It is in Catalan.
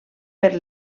per